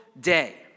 day